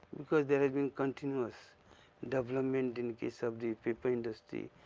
because there has been continuous development. in case of the paper industry